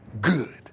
good